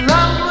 Love